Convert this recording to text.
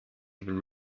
even